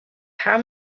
how